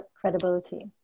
credibility